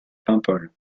paimpol